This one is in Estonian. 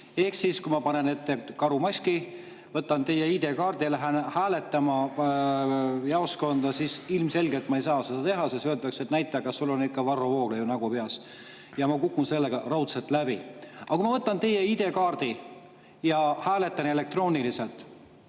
Ehk kui ma panen ette karumaski, võtan teie ID‑kaardi ja lähen hääletama jaoskonda, siis ma ilmselgelt ei saa seda teha, sest öeldakse, et näita, kas sul on ikka Varro Vooglaiu nägu peas, ja ma kukun sellega raudselt läbi. Aga kui ma võtan teie ID‑kaardi ja hääletan elektrooniliselt,